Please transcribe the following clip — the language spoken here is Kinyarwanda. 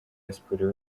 diaspora